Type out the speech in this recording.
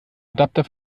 adapter